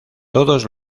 todos